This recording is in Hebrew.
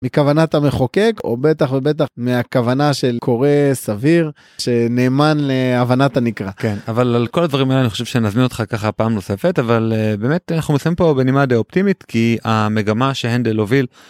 מכוונת המחוקק או בטח ובטח מהכוונה של קורא סביר שנאמן להבנת הנקרא כן אבל על כל הדברים אני חושב שנזמין אותך ככה פעם נוספת אבל באמת אנחנו מסיימים פה בנימה די אופטימית כי המגמה שהנדל הוביל.